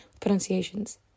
pronunciations